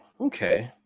okay